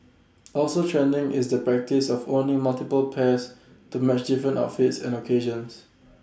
also trending is the practice of owning multiple pairs to match different outfits and occasions